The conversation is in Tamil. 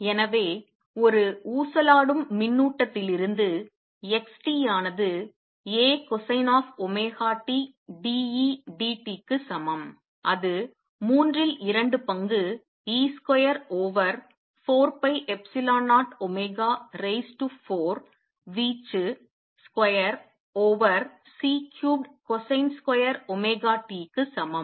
எனவே ஒரு ஊசலாடும் மின்னூட்டத்திலிருந்து x t ஆனது A cosine of omega t d E d t க்கு சமம் அது மூன்றில் இரண்டு பங்கு e square over 4 pi epsilon 0 omega raise to 4 வீச்சு square over C cubed cosine square omega t க்கு சமம்